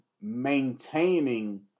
maintaining